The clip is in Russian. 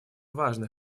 важный